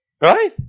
Right